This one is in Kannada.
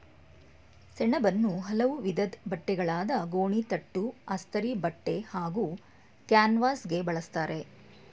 ಸೆಣಬನ್ನು ಹಲವು ವಿಧದ್ ಬಟ್ಟೆಗಳಾದ ಗೋಣಿತಟ್ಟು ಅಸ್ತರಿಬಟ್ಟೆ ಹಾಗೂ ಕ್ಯಾನ್ವಾಸ್ಗೆ ಬಳುಸ್ತರೆ